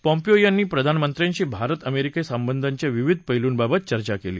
Pompeo यांनी प्रधानमंत्र्यांशी Bharat America संबधांच्या विविध पैलुंबाबत चर्चा केली